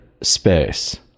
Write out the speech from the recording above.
space